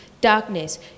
darkness